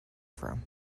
from